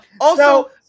also-